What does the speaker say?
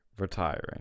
Retiring